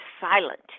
silent